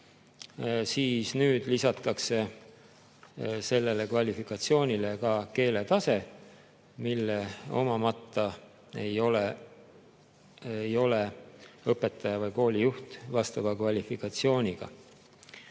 siis nüüd lisatakse sellele kvalifikatsioonile ka keeletase, mida omamata ei ole õpetaja või koolijuht vastava kvalifikatsiooniga.